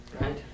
Right